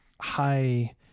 high